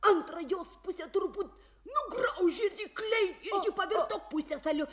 antrą jos pusę turbūt nugraužė rykliai ir pavirto pusiasaliu